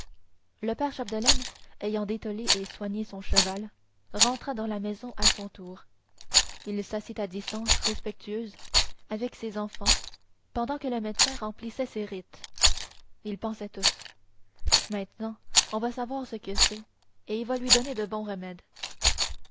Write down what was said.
le père chapdelaine ayant dételé et soigné son cheval rentra dans la maison à son tour il s'assit à distance respectueuse avec ses enfants pendant que le médecin remplissait ses rites ils pensaient tous maintenant on va savoir ce que c'est et il va lui donner de bons remèdes